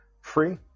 free